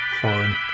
foreign